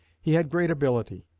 he had great ability.